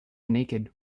naked